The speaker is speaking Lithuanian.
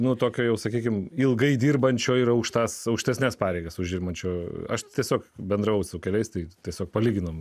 nuo tokio jau sakykime ilgai dirbančio ir aukštas aukštesnes pareigas užimančio aš tiesiog bendravau su keliais tai tiesiog palyginome